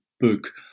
book